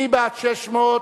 מי בעד 400?